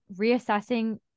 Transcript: reassessing